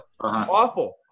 awful